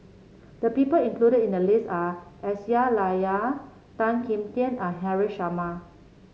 the people included in the list are Aisyah Lyana Tan Kim Tian and Haresh Sharma